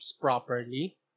properly